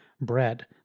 bread